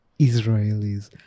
Israelis